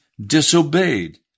disobeyed